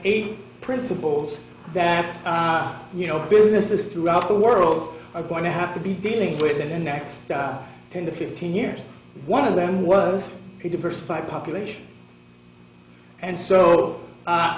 eight principles that you know business is throughout the world are going to have to be dealing with in the next ten to fifteen years one of them was to diversify population and so